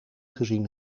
gezien